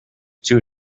two